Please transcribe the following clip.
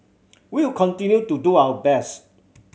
we will continue to do our best